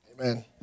Amen